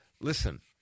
listen